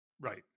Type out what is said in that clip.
Right